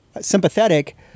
sympathetic